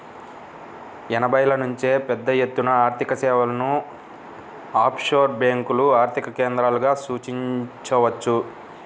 ఎనభైల నుంచే పెద్దఎత్తున ఆర్థికసేవలను ఆఫ్షోర్ బ్యేంకులు ఆర్థిక కేంద్రాలుగా సూచించవచ్చు